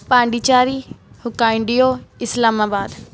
ਪਾਂਡੀਚਰੀ ਉਕਾਂਡੀਓ ਇਸਲਾਮਾਬਾਦ